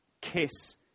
Kiss